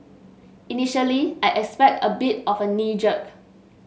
initially I expect a bit of a knee jerk